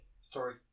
Story